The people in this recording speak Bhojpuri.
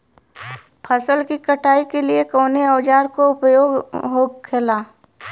फसल की कटाई के लिए कवने औजार को उपयोग हो खेला?